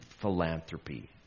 philanthropy